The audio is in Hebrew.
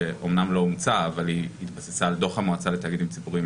שאומנם לא אומצה אבל היא התבססה על דוח המועצה לתאגידים ציבוריים,